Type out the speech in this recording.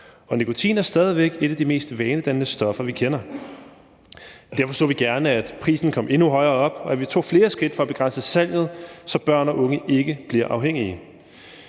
og nikotin er stadig væk et af de mest vanedannende stoffer, vi kender. Derfor så vi gerne, at prisen kom endnu højere op, og at vi tog flere skridt for at begrænse salget, så børn og unge ikke bliver afhængige.